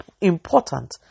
important